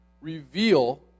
reveal